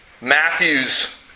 Matthew's